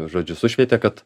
žodžiu sušvietė kad